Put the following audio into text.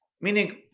meaning